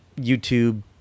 YouTube